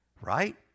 right